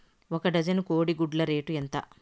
ఒక డజను కోడి గుడ్ల రేటు ఎంత?